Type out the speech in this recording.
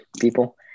people